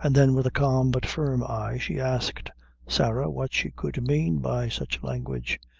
and then with a calm but firm eye, she asked sarah what she could mean by such language.